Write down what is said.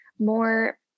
more